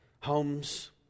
homes